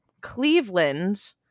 Cleveland